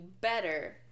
better